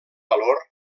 valor